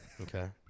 okay